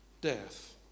Death